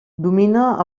domina